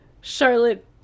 Charlotte